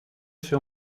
sur